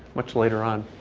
much later on.